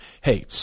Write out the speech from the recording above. hey